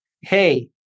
Hey